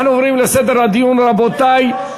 אנחנו עוברים לסדר הדיון, רבותי,